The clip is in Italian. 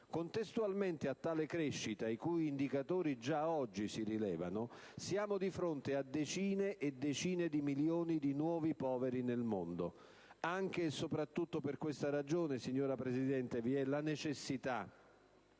Contestualmente a tale crescita, i cui indicatori già oggi si rilevano, siamo di fronte a decine e decine di milioni di nuovi poveri nel mondo. Anche e soprattutto per questa ragione, signora Presidente, vi è la necessità